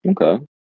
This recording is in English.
Okay